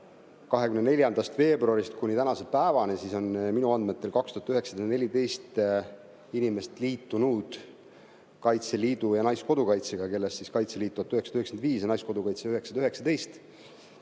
24. veebruarist kuni tänase päevani on minu andmetel isegi 2914 inimest liitunud Kaitseliidu ja Naiskodukaitsega, neist Kaitseliiduga 1995 ja Naiskodukaitsega 919